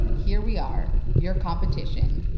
here we are, your competition,